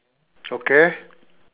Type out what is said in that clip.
okay